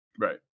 Right